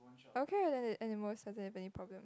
okay then the animals doesn't have any problems